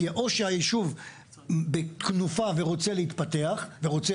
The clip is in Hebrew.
כי או שהיישוב בתנופה ורוצה להתפתח ורוצה